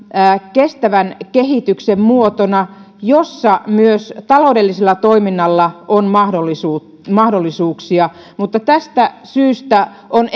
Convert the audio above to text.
kestävän kehityksen muotona jossa myös taloudellisella toiminnalla on mahdollisuuksia tästä syystä on